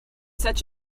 such